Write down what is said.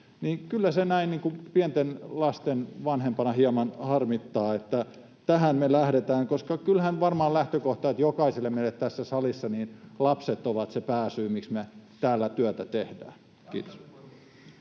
kyllä se näin pienten lasten vanhempana hieman harmittaa, että tähän me lähdetään, koska kyllähän varmaan lähtökohta on, että jokaiselle meille tässä salissa lapset ovat se pääsyy, miksi me täällä työtä tehdään. Kiitoksia.